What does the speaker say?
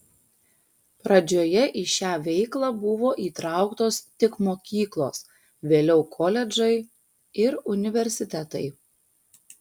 pradžioje į šią veiklą buvo įtrauktos tik mokyklos vėliau koledžai ir universitetai